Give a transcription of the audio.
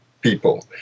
people